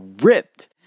ripped